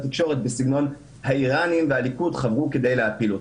לתקשורת בסגנון: האיראנים והליכוד חברו כדי להפיל אותי.